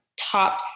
top